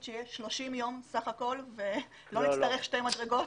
שיש בסך הכול 30 ימים ולא נצטרך שתי מדרגות.